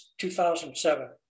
2007